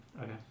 Okay